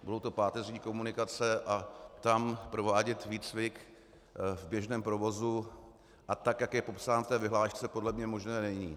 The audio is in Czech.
Budou to páteřní komunikace a tam provádět výcvik v běžném provozu a tak, jak je popsáno v té vyhlášce, podle mě možné není.